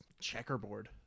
checkerboard